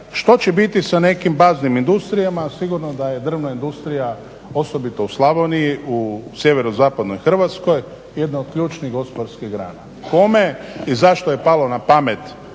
što će biti sa nekim baznim industrijama, sigurno da je drvna industrija osobito u Slavoniji, u sjeverozapadnoj Hrvatskoj jedna od ključnih gospodarskih grana. Kome i zašto je palo na pamet